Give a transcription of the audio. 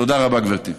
תודה רבה, גברתי.